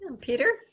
Peter